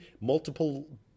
multiple